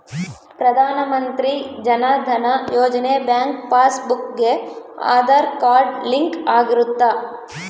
ಪ್ರಧಾನ ಮಂತ್ರಿ ಜನ ಧನ ಯೋಜನೆ ಬ್ಯಾಂಕ್ ಪಾಸ್ ಬುಕ್ ಗೆ ಆದಾರ್ ಕಾರ್ಡ್ ಲಿಂಕ್ ಆಗಿರುತ್ತ